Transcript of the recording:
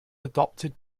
adopted